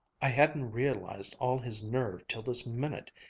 i hadn't realized all his nerve till this minute.